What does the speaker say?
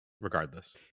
regardless